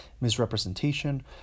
misrepresentation